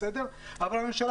למה הממשלה